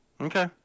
Okay